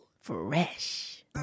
Fresh